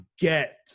get